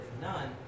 none